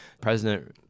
President